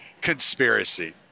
conspiracy